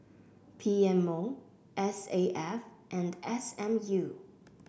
P M O S A F and S M U